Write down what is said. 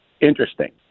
interesting